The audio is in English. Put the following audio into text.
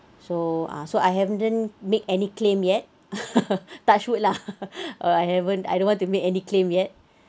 so ah so I haven't make any claim yet touch wood lah or I haven't I don't want to make any claim yet